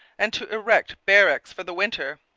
and to erect barracks for the winter.